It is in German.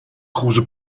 kruse